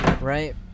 Right